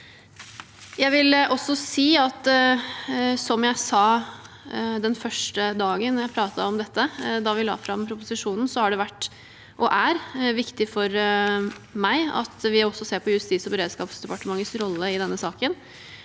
med framover. Som jeg sa den første dagen jeg pratet om dette, da vi la fram proposisjonen, har det vært og er viktig for meg at vi også ser på Justis- og beredskapsdepartementets rolle i denne saken.